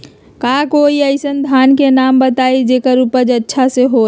का कोई अइसन धान के नाम बताएब जेकर उपज अच्छा से होय?